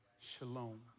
Shalom